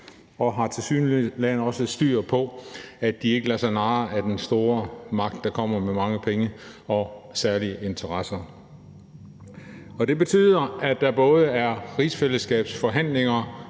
og tilsyneladende også har styr på, at de ikke lader sig narre af den store magt, der kommer med mange penge og særlige interesser. Det betyder, at der både er rigsfællesskabsforhandlinger